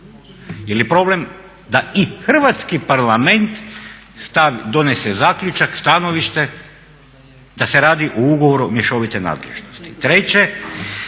Je li problem da i hrvatski Parlament donese zaključak, stanovište, da se radi o ugovoru mješovite nadležnosti.